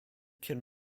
can